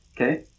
Okay